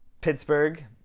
Pittsburgh